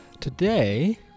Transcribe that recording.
Today